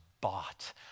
bought